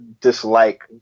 dislike